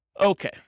Okay